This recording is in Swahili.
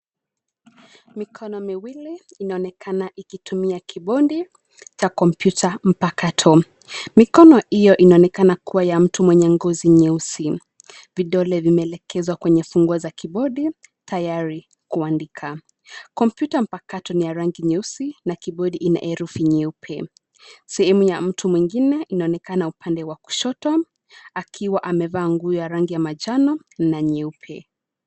Mikono miwili inaonekana ikitumia kibodi, cha kompyuta mpakato, mikono hio inaonekana kuwa ya mtu mwenye ngozi nyeusi, vidole vimeelekezwa kwenye funguo za kibodi, tayari, kuandika, kompyuta mpakato ni ya rangi nyeusi na kibodi ina herufi nyeupe, sehemu ya mtu mwingine inaonekana upande wa kushoto, akiwa amevaa nguo ya rangi ya manjano, na nyeupe.